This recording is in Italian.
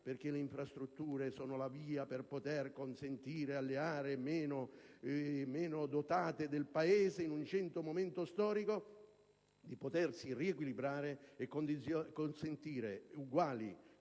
Perché le infrastrutture sono la via che consente alle aree meno dotate del Paese, in un certo momento storico, di potersi riequilibrare e al fine di